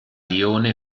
lione